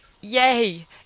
yay